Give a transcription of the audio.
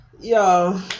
Yo